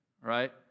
right